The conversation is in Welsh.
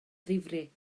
ddifrif